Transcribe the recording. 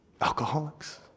Alcoholics